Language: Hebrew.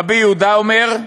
רבי יהודה אומר: